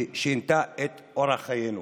ששינתה את אורח חיינו,